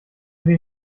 den